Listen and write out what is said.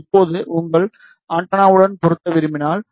இப்போது உங்கள் ஆண்டெனாவுடன் பொருத்த விரும்பினால்